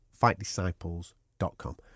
fightdisciples.com